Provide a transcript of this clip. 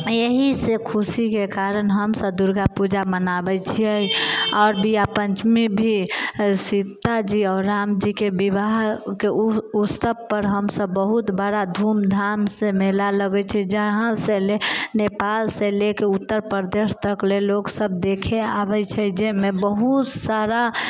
यही से खुशीके कारण हमसब दुर्गा पूजा मनाबै छियै आओर बियाह पञ्चमी भी सीता जी आओर राम जीके विवाहके उत्सवपर हमसब बहुत बड़ा धूम धामसँ मेला लगै छै जहाँसँ नेपालसँ लेके उत्तरप्रदेश तकले लोक सब देखे आबै छै जाहिमे बहुत सारा